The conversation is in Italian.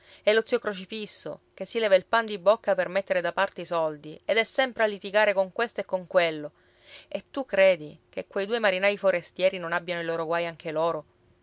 e lo zio crocifisso che si leva il pan di bocca per mettere da parte i soldi ed è sempre a litigare con questo e con quello e tu credi che quei due marinai forestieri non abbiano i loro guai anche loro